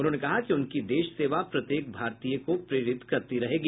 उन्होंने कहा कि उनकी देशसेवा प्रत्येक भारतीय को प्रेरित करती रहेगी